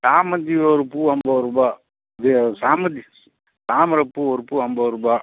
சாமந்தி ஒரு பூ ஐம்பது ரூபாய் இது சாமந்தி தாமரைப்பூ ஒரு பூ ஐம்பது ரூபாய்